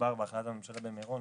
שדובר בהחלטת הממשלה במירון.